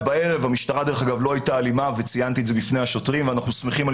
המשטרה לא הייתה אלימה וציינתי את זה בפני השוטרים ואנחנו שמחים על